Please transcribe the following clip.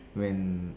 when